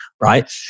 right